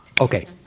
okay